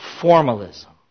formalism